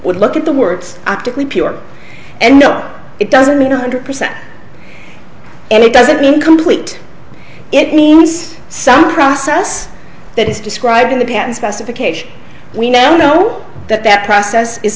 would look at the words optically pure and know it doesn't matter hundred percent and it doesn't mean complete it means some process that is described in the patent specification we now know that that process is